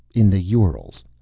in the urals.